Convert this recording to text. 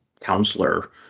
counselor